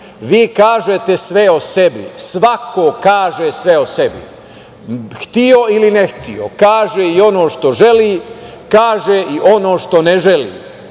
vi kažete sve o sebi, svako kaže sve o sebi, hteo ili ne hteo kaže i ono što želi, kaže i ono što ne želi.